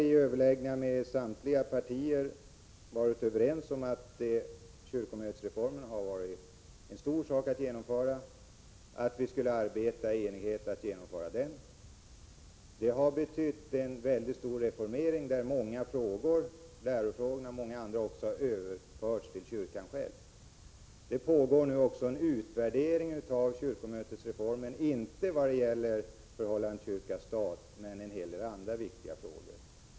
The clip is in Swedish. I överläggningar med samtliga partier har vi varit överens om att kyrkomötesreformen har varit en stor sak att genomföra, och att vi i enighet skulle arbeta på att genomföra den. Detta har betytt en mycket stor reformering, varvid lärofrågorna och många andra frågor har överförts till kyrkan själv. Det pågår nu också en utvärdering av kyrkomötesreformen, inte beträffande förhållandet kyrka-stat, men beträffande en hel del andra viktiga frågor.